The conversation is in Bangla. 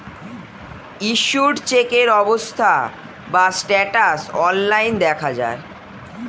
ইস্যুড চেকের অবস্থা বা স্ট্যাটাস অনলাইন দেখা যায়